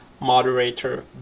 moderator